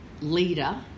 leader